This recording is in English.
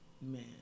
Man